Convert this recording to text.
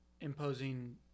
imposing